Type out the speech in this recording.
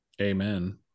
Amen